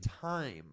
time